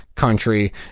country